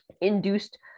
induced